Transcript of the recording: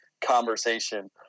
conversation